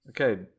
okay